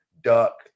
duck